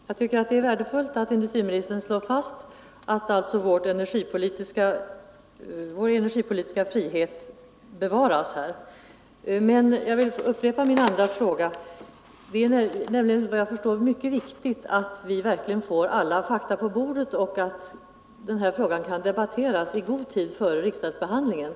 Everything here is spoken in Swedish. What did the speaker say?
Herr talman! Jag tycker att det är värdefullt att industriministern slår fast att vår energipolitiska frihet bevaras. Det är såvitt jag förstår mycket viktigt att vi verkligen får alla fakta på bordet och att frågan kan debatteras i god tid före riksdagsbehandlingen.